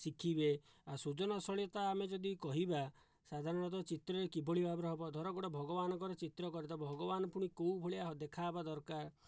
ଶିଖିବେ ଆଉ ସୃଜନଶୀଳତା ଆମେ ଯଦି କହିବା ସାଧାରଣତଃ ଚିତ୍ର କିଭଳି ଭାବରେ ହେବ ଧର ଗୋଟିଏ ଭଗବାନଙ୍କର ଚିତ୍ର କରିଦେବ ଭଗବାନ ପୁଣି କେଉଁ ଭଳିଆ ଦେଖା ହେବା ଦରକାର